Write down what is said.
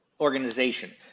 organization